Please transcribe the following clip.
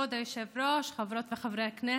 כבוד היושב-ראש, חברות וחברי הכנסת,